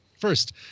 First